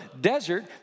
desert